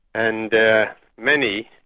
and many,